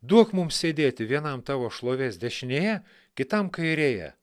duok mums sėdėti vienam tavo šlovės dešinėje kitam kairėje